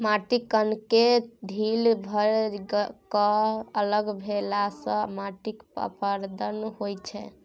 माटिक कणकेँ ढील भए कए अलग भेलासँ माटिक अपरदन होइत छै